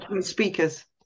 speakers